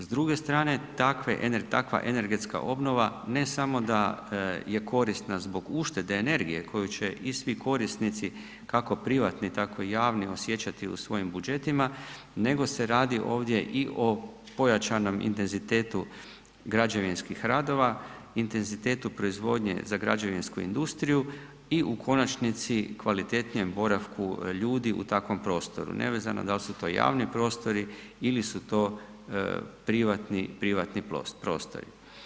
S druge strane takve, takva energetska obnova ne samo da je korisna zbog uštede energije koju će i svi korisnici kako privatni, tako i javni osjećati u svojim budžetima nego se radi ovdje i o pojačanom intenzitetu građevinskih radova, intenzitetu proizvodnje za građevinsku industriju i u konačnici kvalitetnijem boravku ljudi u takvom prostoru, nevezano da li su to javni prostori ili su to privatni prostori.